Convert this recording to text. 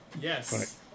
Yes